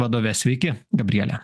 vadove sveiki gabriele